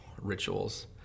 rituals